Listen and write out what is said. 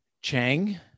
Chang